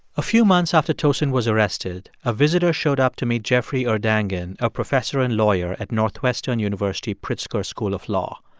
a few months after tosin was arrested, a visitor showed up to meet jeffrey urdangen, a professor and lawyer at northwestern university pritzker school of law.